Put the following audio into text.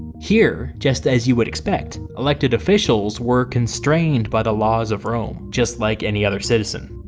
here, just as you would expect, elected officials were constrained by the laws of rome just like any other citizen.